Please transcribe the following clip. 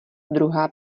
druhá